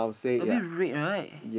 a bit red right